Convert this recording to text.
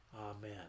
Amen